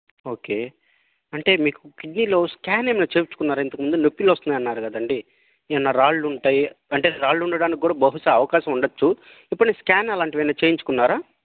okay అంటే మీకు కిడ్నీలో స్కాన్ ఏమైనా చెయ్యించుకున్నారా ఇంతకుముందు నొప్పిలోస్తన్నాయ్ అన్నారు కదండీ ఏమైనా న్నా రాళ్ళుంటాయి అంటే రాళ్ళుండడానికి కూడా బహుశ అవకాశం ఉండచ్చు ఇప్పుడీ స్కాన్ అలాంటివేమైనా చెయ్యించుకున్నారా